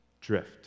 drift